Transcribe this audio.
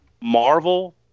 Marvel